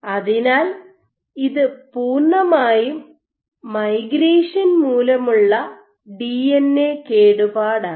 അതിനാൽ ഇത് പൂർണ്ണമായും മൈഗ്രേഷൻ മൂലമുള്ള ഡിഎൻഎ കേടുപാടാണ്